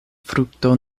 frukto